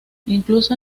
incluso